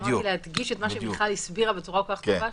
אמרתי להדגיש את מה שמיכל הסבירה בצורה כל כך טובה,